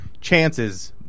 chances